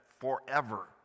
forever